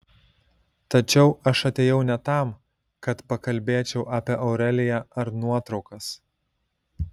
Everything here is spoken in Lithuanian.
tačiau aš atėjau ne tam kad pakalbėčiau apie aureliją ar nuotraukas